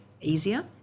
easier